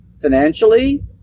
financially